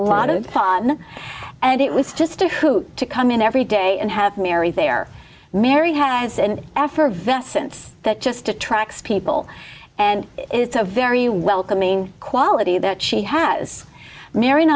lot of fun and it was just a hoot to come in every day and have mary there mary has an effervescence that just attracts people and it's a very welcoming quality that she has mar